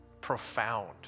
profound